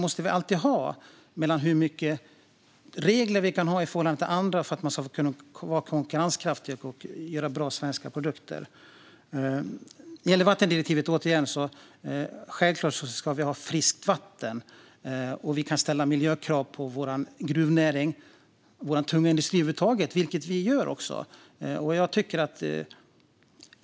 Det handlar om hur mycket regler vi kan ha i förhållande till andra för att vi ska kunna vara konkurrenskraftiga och göra bra svenska produkter. Vad gäller vattendirektivet ska vi givetvis ha friskt vatten. Vi kan ställa miljökrav på vår gruvnäring och vår tunga industri över huvud taget, vilket vi också gör.